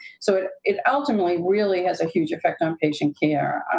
so it it ultimately really has a huge effect on patient care.